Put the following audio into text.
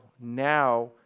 now